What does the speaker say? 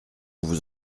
vous